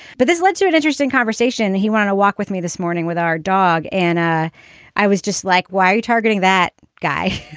but this led to an interesting conversation. he went to walk with me this morning with our dog. and ah i was just like, why are you targeting that guy?